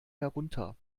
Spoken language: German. herunter